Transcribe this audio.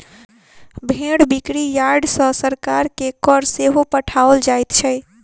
भेंड़ बिक्री यार्ड सॅ सरकार के कर सेहो पठाओल जाइत छै